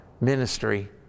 ministry